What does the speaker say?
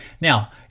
Now